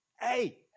hey